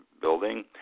building